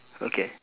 okay